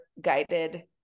guided